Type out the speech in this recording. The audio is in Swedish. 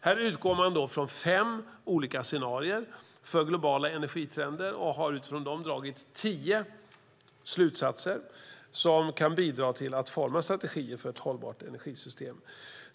Här utgår man från fem olika scenarier för globala energitrender och har utifrån dem dragit tio slutsatser som kan bidra till att forma strategier för ett hållbart energisystem.